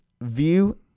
view